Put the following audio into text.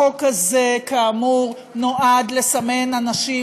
החוק הזה כאמור נועד לסמן אנשים,